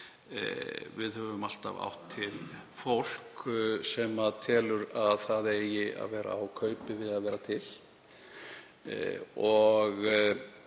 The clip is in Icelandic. Við höfum alltaf átt fólk sem telur að það eigi að vera á kaupi við að vera til.